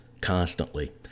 constantly